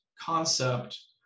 concept